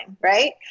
right